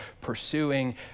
pursuing